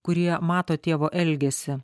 kurie mato tėvo elgesį